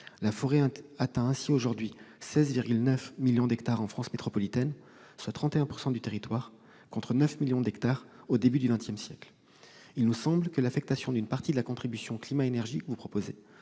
La forêt atteint ainsi aujourd'hui 16,9 millions d'hectares en France métropolitaine, soit 31 % du territoire contre 9 millions d'hectares au début du XXsiècle. L'affectation d'une partie de la contribution climat-énergie apparaît